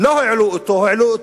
לא העלו אותו,